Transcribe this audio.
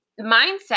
mindset